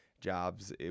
jobs